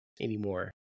anymore